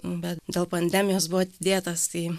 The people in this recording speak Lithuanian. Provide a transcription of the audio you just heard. bet dėl pandemijos buvo atidėtas tai